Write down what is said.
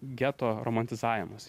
geto romantizavimas